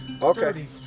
Okay